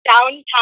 downtown